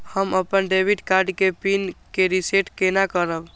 हम अपन debit card के पिन के रीसेट केना करब?